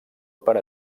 per